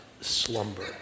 slumber